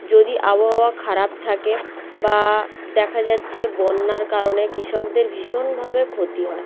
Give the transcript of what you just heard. যদি আবহাওয়া খারাপ থাকে বা দেখা যাচ্ছে বন্যার কারণে কৃষকদের ভীষণভাবে ক্ষতি হয়